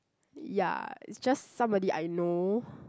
ya it's just somebody I know